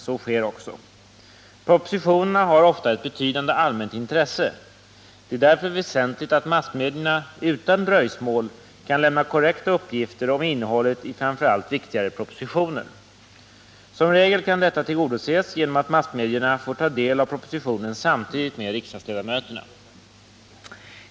Så sker också. Propositionerna har ofta ett betydande allmänt intresse. Det är därför väsentligt att massmedierna utan dröjsmål kan lämna korrekta uppgifter om innehållet i framför allt viktigare propositioner. Som regel kan detta tillgodoses genom att massmedierna får ta del av propositionen samtidigt med riksdagsledamöterna.